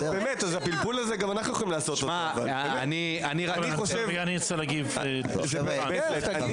אני רוצה להגיב, ברשותך.